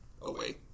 away